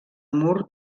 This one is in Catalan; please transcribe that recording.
mur